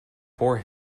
for